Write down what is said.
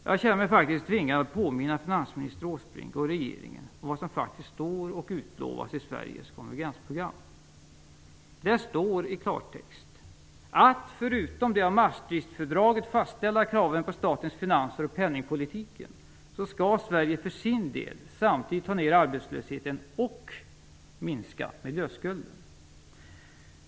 Jag känner mig tvingad att påminna finansminister Åsbrink och regeringen om vad som faktiskt står och utlovas i Sveriges konvergensprogram. Där står det i klartext: Förutom de av Maastrichtfördraget fastställda kraven på statens finanser och penningpolitiken skall Sverige för sin del samtidigt få ned arbetslösheten och minska miljöskulden.